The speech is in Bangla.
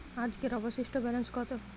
আজকের অবশিষ্ট ব্যালেন্স কত?